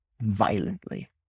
violently